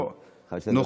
טוב, במליאה.